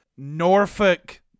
Norfolk